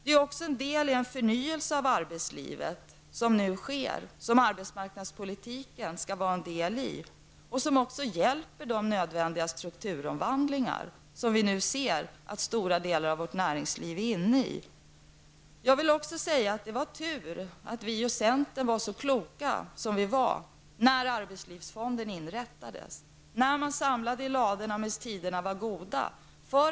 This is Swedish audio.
Det är också en del i den förnyelse av arbetslivet som nu sker som arbetsmarknadspolitiken skall vara en del i och som också bidrar till den nödvändiga strukturomvandling som stora delar av vårt näringsliv befinner sig i. Det var tur att vi och centern var så kloka som vi var när arbetslivsfonderna inrättades och man samlade i ladorna medan tiderna var goda.